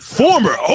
former